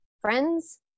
friends